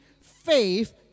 faith